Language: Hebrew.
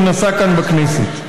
שהוא נשא כאן בכנסת.